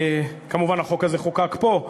החוק הזה חוקק פה,